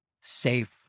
safe